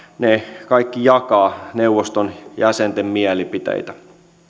kaikki jakavat neuvoston jäsenten mielipiteitä